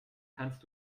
kannst